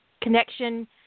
connection